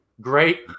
great